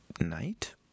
night